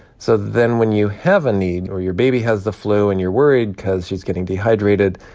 so then when you have a need, or your baby has the flu and you're worried because she's getting dehydrated,